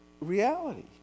reality